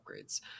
upgrades